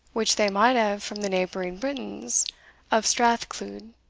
which they might have from the neighbouring britons of strath cluyd.